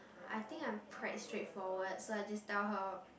I think I am quite straightforward so I just told her